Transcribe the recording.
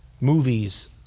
movies